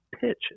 pitch